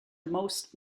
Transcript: most